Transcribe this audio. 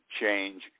change